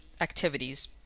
activities